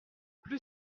plus